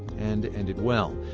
and ended well.